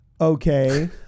okay